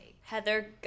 Heather